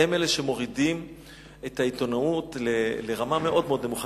הם אלה שמורידים את העיתונאות לרמה מאוד מאוד נמוכה,